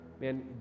man